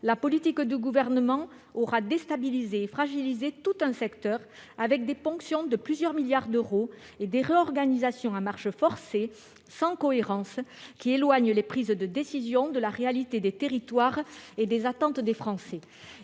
la politique du Gouvernement aura déstabilisé et fragilisé tout un secteur des ponctions de plusieurs milliards d'euros et des réorganisations à marche forcée et sans cohérence, qui éloignent les prises de décision de la réalité des territoires et des attentes des Français.